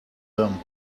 dumb